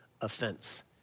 offense